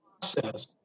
process